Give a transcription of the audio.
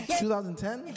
2010